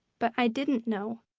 but i didn't know.